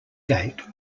gate